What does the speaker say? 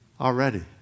already